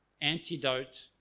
antidote